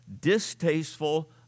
distasteful